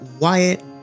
Wyatt